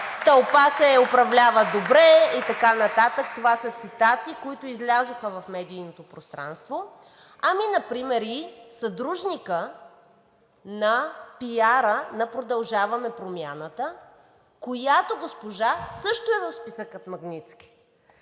„Тълпа се управлява добре“, и така нататък. Това са цитати, които излязоха в медийното пространство, а например и съдружникът на PR-а на „Продължаваме Промяната“, която госпожа също е в списъка „Магнитски“.